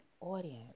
audience